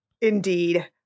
Indeed